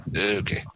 Okay